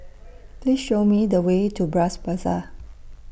Please Show Me The Way to Bras Basah